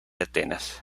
atenas